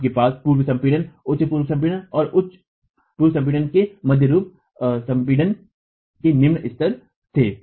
आपके पास पूर्व संपीड़न उच्च पूर्व संपीड़न और उच्च पूर्व संपीड़न के मध्यम पूर्व स्म्पीदन के निम्न स्तर थे